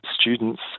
students